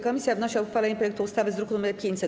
Komisja wnosi o uchwalenie projektu ustawy z druku nr 500.